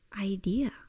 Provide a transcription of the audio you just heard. idea